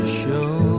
show